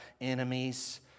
enemies